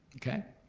okay.